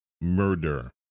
murder